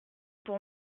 pour